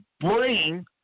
bring